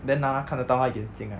then na na 看得到他的眼镜 right